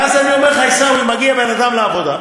ואז אני אומר לך, עיסאווי, מגיע בן-אדם לעבודה,